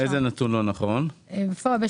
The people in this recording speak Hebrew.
גם בעמותה מספר 20. יש להם ניהול תקין ל-22 ו-23.